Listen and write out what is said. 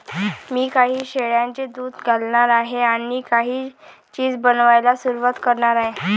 मी काही शेळ्यांचे दूध घालणार आहे आणि काही चीज बनवायला सुरुवात करणार आहे